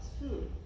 food